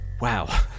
Wow